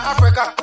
Africa